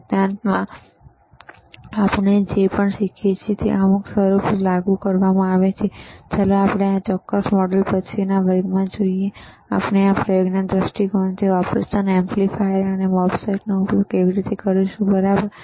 સિદ્ધાંતમાં આપણે જે પણ શીખીએ છીએ તે અમુક સ્વરૂપે લાગુ કરવામાં આવે છે અને ચાલો આ ચોક્કસ મોડ્યુલ પછીના થોડા વર્ગમાં જોઈએ આપણે પ્રયોગના દૃષ્ટિકોણથી ઑપરેશન એમ્પ્લીફાયર અને MOSFET નો ઉપયોગ કેવી રીતે કરીશું બરાબર